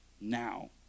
now